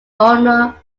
owner